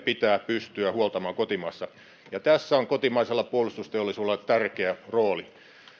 pitää pystyä huoltamaan kotimaassa ja tässä on kotimaisella puolustusteollisuudella tärkeä rooli